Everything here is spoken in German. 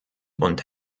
und